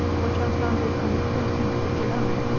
were transplanted on the fourteenth of july.